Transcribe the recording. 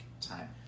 time